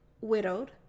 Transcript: widowed